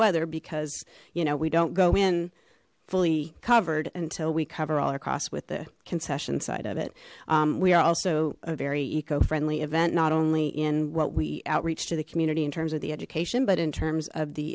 weather because you know we don't go in fully covered until we cover all across with the concession side of it we are also a very eco friendly event not only in what we outreach to the community in terms of the education but in terms of the